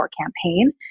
campaign